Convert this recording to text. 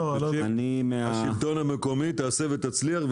בשם השלטון המקומי, תעשה ותצליח.